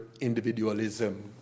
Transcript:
individualism